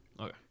Okay